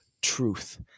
truth